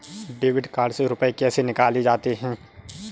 Debit card से रुपये कैसे निकाले जाते हैं?